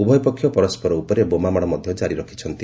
ଉଭୟ ପକ୍ଷ ପରସ୍କର ଉପରେ ବୋମାମାଡ଼ ମଧ୍ୟ କାରି ରଖିଛନ୍ତି